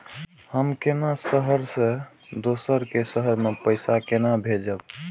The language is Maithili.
हम केना शहर से दोसर के शहर मैं पैसा केना भेजव?